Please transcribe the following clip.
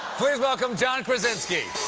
please welcome john krasinski.